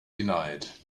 denied